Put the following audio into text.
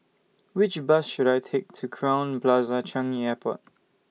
Which Bus should I Take to Crowne Plaza Changi Airport